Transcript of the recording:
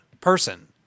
person